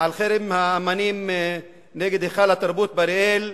על חרם האמנים נגד היכל התרבות באריאל,